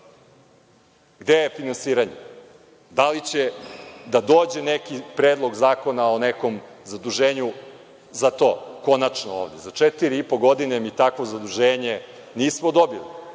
Gde je finansiranje? Da li će da dođe neki predlog zakona o nekom zaduženju za to? Za četiri i po godine ni takvo zaduženje nismo dobili.